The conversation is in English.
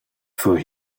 for